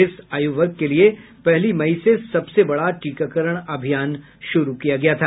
इस आयुवर्ग के लिए पहली मई से सबसे बडा टीकाकरण अभियान शुरू किया गया था